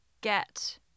get